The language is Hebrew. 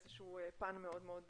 איזה שהוא פן מאוד מאוד צר,